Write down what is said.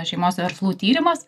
šeimos verslų tyrimas